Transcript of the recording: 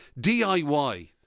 DIY